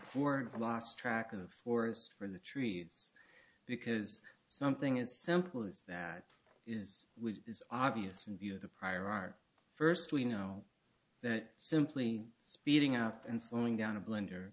of forest for the trees because something as simple as that is obvious in view of the prior art first we know that simply speeding up and slowing down a blender